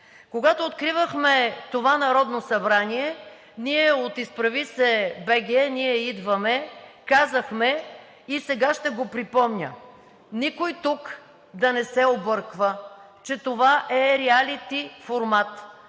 Когато откривахме това Народно събрание, ние от „Изправи се БГ! Ние идваме!“ казахме, и сега ще го припомня – никой тук да не се обърква, че това е риалити формат,